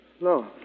No